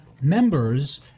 members